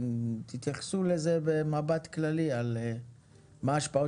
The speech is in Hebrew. תתייחסו לזה במבט כללי על מה השפעות